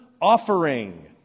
offering